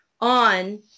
on